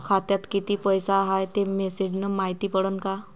खात्यात किती पैसा हाय ते मेसेज न मायती पडन का?